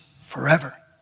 forever